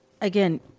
again